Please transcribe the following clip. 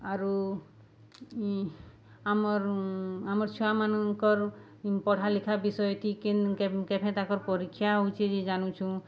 ଆରୁ ଆମର୍ ଆମର୍ ଛୁଆମାନଙ୍କର୍ ପଢ଼ା ଲେଖା ବିଷୟ କି କେଭେ ତାଙ୍କର୍ ପରୀକ୍ଷା ହଉଛେ ଯେ ଜାନୁଛୁଁ